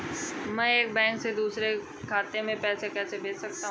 मैं एक बैंक से दूसरे बैंक खाते में पैसे कैसे भेज सकता हूँ?